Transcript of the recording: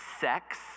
sex